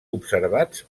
observats